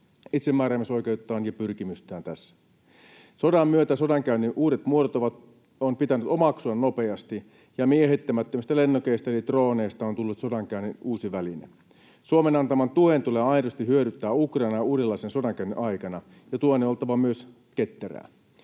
itsemääräämisoikeuttaan ja pyrkimystään tässä. Sodan myötä sodankäynnin uudet muodot on pitänyt omaksua nopeasti, ja miehittämättömistä lennokeista eli drooneista on tullut sodankäynnin uusi väline. Suomen antaman tuen tulee aidosti hyödyttää Ukrainaa uudenlaisen sodankäynnin aikana, ja tuen on oltava myös ketterää.